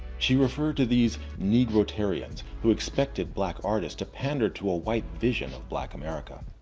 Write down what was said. she referred to these negrotarians who expected black artists to pander to a white vision of black america.